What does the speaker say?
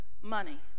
Money